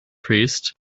priest